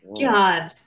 God